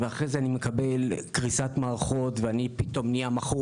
ואחרי זה לקבל קריסת מערכות ולהפוך מכור